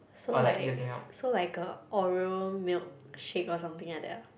so like so like a Oreo milkshake or something like that ah